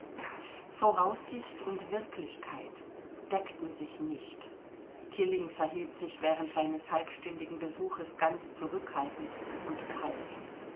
voraussicht und wirklichkeit deckten sich nicht tilling verhielt sich während seines halbstündigen besuches ganz zurückhaltend und kalt